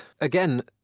again